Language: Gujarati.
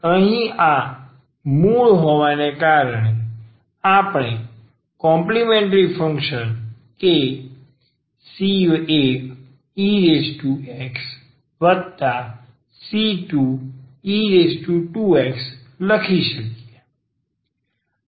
તેથી અહીં આ મૂળ હોવાને કારણે આપણે કોમ્પલિમેન્ટ્રી ફંક્શન કે c1exc2e2x લખી શકીએ